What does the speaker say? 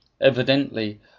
evidently